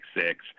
six